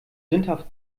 sündhaft